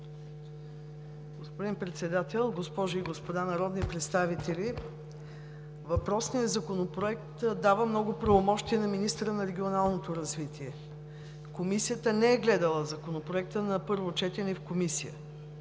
Господин Председател, госпожи и господа народни представители! Въпросният законопроект дава много правомощия на министъра на регионалното развитие. Комисията не е гледала Законопроекта на първо четене в Комисията.